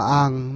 ang